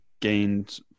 gained